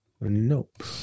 Nope